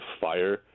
fire